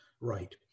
right